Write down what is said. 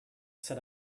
set